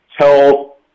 tell